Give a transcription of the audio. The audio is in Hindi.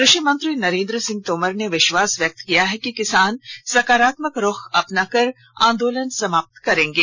कृषि मंत्री नरेंद्र सिंह तोमर ने विश्वास व्यक्त किया कि किसान सकारात्मक रूख अपनाकर अपना आंदोलन समाप्त कर देंगे